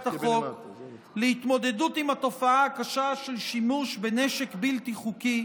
החוק להתמודדות עם התופעה הקשה של שימוש בנשק בלתי חוקי,